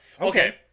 Okay